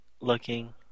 looking